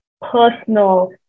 personal